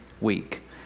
week